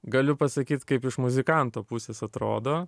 galiu pasakyt kaip iš muzikanto pusės atrodo